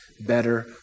better